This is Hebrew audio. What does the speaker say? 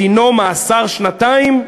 דינו מאסר שנתיים".